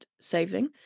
saving